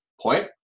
point